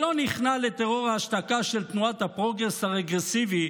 שלא נכנע לטרור ההשתקה של תנועת הפרוגרס הרגרסיבי,